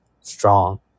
strong